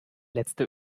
letzte